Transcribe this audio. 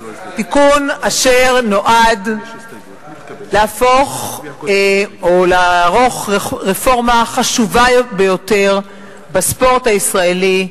תיקון אשר נועד לערוך רפורמה חשובה ביותר בספורט הישראלי,